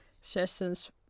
sessions